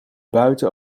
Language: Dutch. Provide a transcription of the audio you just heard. buiten